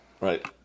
Right